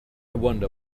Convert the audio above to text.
wonder